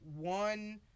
one